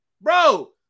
bro